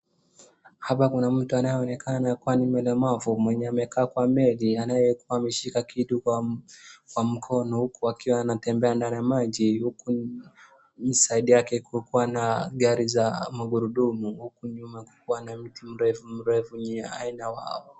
Hapa kuna mtu anayeonekana kuwa ni mlemavu, mwenye amekaa kwa meli anayekuwa ameshika kitu kwa mkono huku akiwa anatembea ndani ya maji, huku side yake kuko na gari za magurudumu huku nyuma kukiwa na miti mirefu mirefu.